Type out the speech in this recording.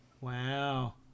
Wow